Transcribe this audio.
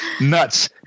nuts